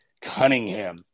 Cunningham